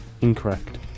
Incorrect